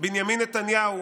בנימין נתניהו